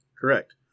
Correct